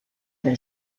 del